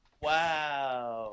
Wow